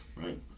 right